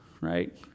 right